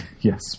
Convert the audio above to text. yes